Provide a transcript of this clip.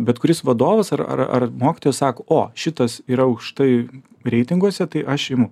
bet kuris vadovas ar ar ar mokytojas sako o šitas yra aukštai reitinguose tai aš imu